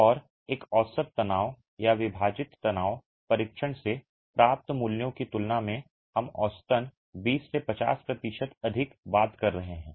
और एक औसत तनाव या विभाजित तनाव परीक्षण से प्राप्त मूल्यों की तुलना में हम औसतन 20 से 50 प्रतिशत अधिक बात कर रहे हैं